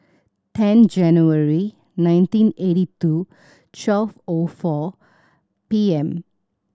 ten January nineteen eighty two twelve O four P M